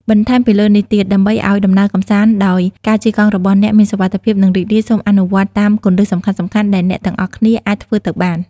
បន្ថែមពីលើនេះទៀត ដើម្បីឱ្យដំណើរកម្សាន្តដោយការជិះកង់របស់អ្នកមានសុវត្ថិភាព និងរីករាយ សូមអនុវត្តតាមគន្លឹះសំខាន់ៗដែលអ្នកទាំងអស់គ្នាអាចធ្វើទៅបាន។